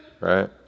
right